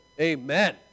Amen